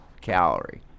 calorie